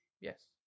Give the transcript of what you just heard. Yes